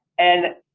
and,